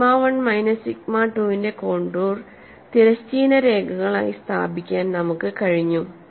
sigma 1 minus sigma 2 ന്റെ contour തിരശ്ചീന രേഖകളായി സ്ഥാപിക്കാൻ നമുക്ക് കഴിഞ്ഞു